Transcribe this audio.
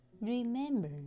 Remember